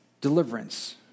deliverance